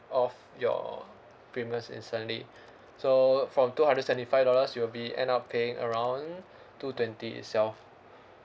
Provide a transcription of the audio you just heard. of your premiums instantly so from two hundred seventy five dollars you'll be end up paying around two twenty itself